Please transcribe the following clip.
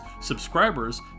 Subscribers